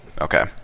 Okay